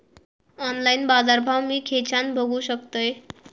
Online बाजारभाव मी खेच्यान बघू शकतय?